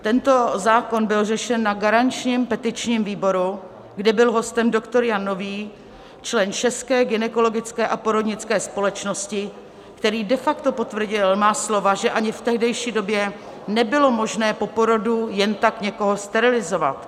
Tento zákon byl řešen na garančním petičním výboru, kde byl hostem doktor Jan Nový, člen České gynekologické a porodnické společnosti, který de facto potvrdil má slova, že ani v tehdejší době nebylo možné po porodu jen tak někoho sterilizovat.